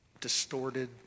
distorted